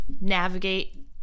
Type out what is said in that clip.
navigate